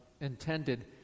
intended